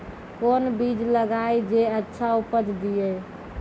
कोंन बीज लगैय जे अच्छा उपज दिये?